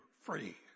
free